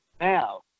now